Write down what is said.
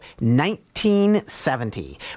1970